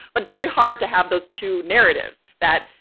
but it's very hard to have those two narratives that,